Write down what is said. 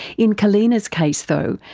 in kallena's case though,